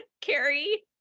Carrie